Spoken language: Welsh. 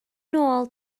nôl